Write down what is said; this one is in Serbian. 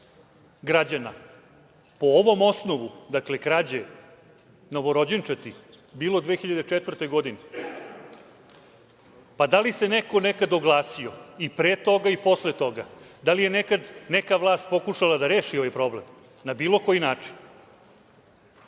građana po ovom osnovu, dakle krađe novorođenčadi bilo 2004. godine. Da li se neko nekada oglasio i pre toga i posle toga? Da li je nekada vlast pokušala da reši ovaj problem, na bilo koji način?